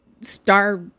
Star